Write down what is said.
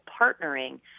partnering